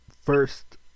first